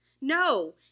No